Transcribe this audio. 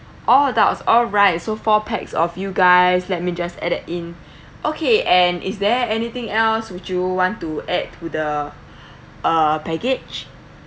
all adults all right so four pax of you guys let me just add it in okay and is there anything else would you want to add to the uh package